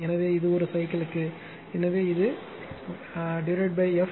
எனவே இது ஒரு சைக்கிள்க்கு எனவே இது எஃப்